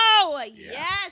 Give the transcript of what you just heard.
yes